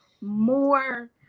more